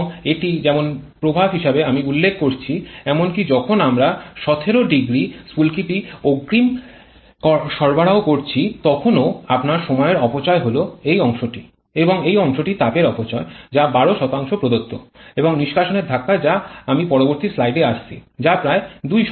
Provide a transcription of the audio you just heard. এবং এটি যেমন প্রভাব হিসাবে আমি উল্লেখ করেছি এমনকি যখন আমরা ১৭0 স্ফুলকিটি অগ্রিম সরবরাহ করছি তখনও আপনার সময়ের অপচয় হল এই অংশটি এবং এই অংশটি তাপের অপচয় যা ১২ প্রদত্ত এবং নিষ্কাশনের ধাক্কা যা আমি পরবর্তী স্লাইডে আসছি যা প্রায় ২